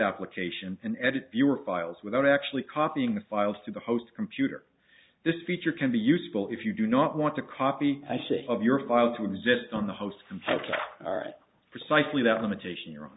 application and edit your files without actually copying the files to the host computer this feature can be useful if you do not want to copy i see of your file to exist on the host are precisely that limitation your own